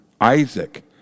Isaac